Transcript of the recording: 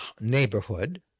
neighborhood